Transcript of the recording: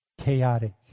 chaotic